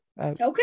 Okay